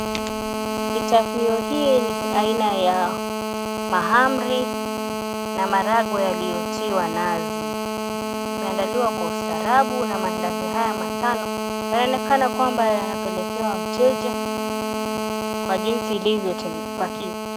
Kitafunio hii ni aina ya mahamri na maharagwe yaliyotiwa nazi. Imeandaliwa kwa ustaarabu, na maandazi haya matano yanaonekana kwamba yanapelekewa mteja, kwa jinsi ilivyopakiwa.